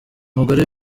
mugore